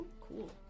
cool